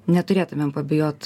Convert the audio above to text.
neturėtumėm ko bijot